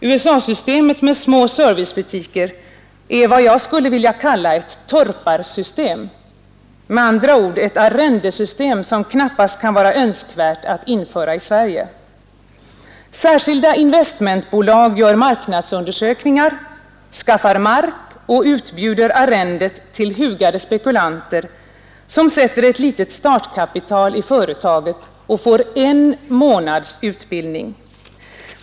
USA-systemet med små servicebutiker är vad jag skulle vilja kalla ett torparsystem, med andra ord ett arrendesystem som knappast kan vara önskvärt att införa i Sverige. Särskilda investmentbolag gör marknadsundersökningar, skaffar mark och utbjuder arrendet till hugade spekulanter, som sätter ett litet startkapital i företaget och får en månads utbildning.